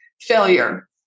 failure